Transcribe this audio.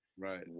Right